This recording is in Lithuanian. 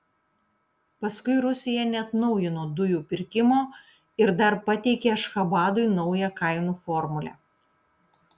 paskui rusija neatnaujino dujų pirkimo ir dar pateikė ašchabadui naują kainų formulę